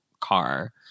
car